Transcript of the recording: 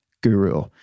guru